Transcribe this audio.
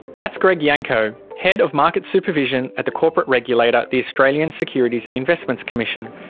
that's greg yanco, head of market supervision at the corporate regulator, the australian securities and investments commission.